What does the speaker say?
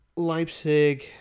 Leipzig